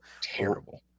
Terrible